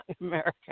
America